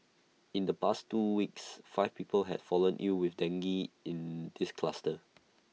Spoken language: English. in the past two weeks five people have fallen ill with dengue in this cluster